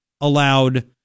allowed